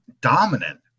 dominant